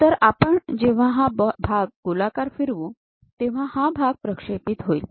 तर आपण जेव्हा हा भाग गोलाकार फिरवू तेव्हा हा भाग प्रक्षेपित होईल